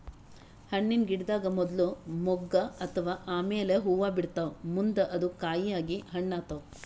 ಹಣ್ಣಿನ್ ಗಿಡದಾಗ್ ಮೊದ್ಲ ಮೊಗ್ಗ್ ಆತವ್ ಆಮ್ಯಾಲ್ ಹೂವಾ ಬಿಡ್ತಾವ್ ಮುಂದ್ ಅದು ಕಾಯಿ ಆಗಿ ಹಣ್ಣ್ ಆತವ್